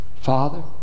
Father